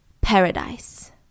Paradise